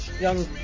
young